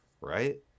Right